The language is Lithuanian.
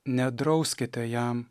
nedrauskite jam